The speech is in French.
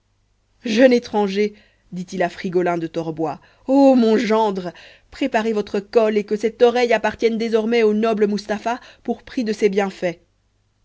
jeune étranger dit-il à frigolin de torboy ô mon gendre préparez votre colle et que cette oreille appartienne désormais au noble mustapha pour prix de ses bienfaits